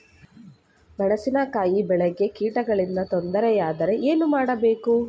ಮೆಣಸಿನಕಾಯಿ ಬೆಳೆಗೆ ಕೀಟಗಳಿಂದ ತೊಂದರೆ ಯಾದರೆ ಏನು ಮಾಡಬೇಕು?